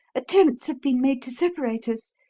attempts have been made to separate us,